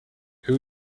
who